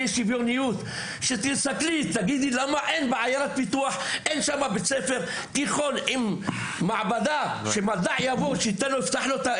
לזה שאין בפריפריה בתי ספר עם מעבדות ראויות.